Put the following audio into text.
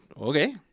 okay